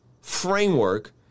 framework